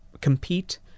compete